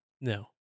No